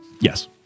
Yes